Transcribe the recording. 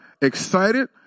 excited